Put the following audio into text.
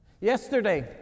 Yesterday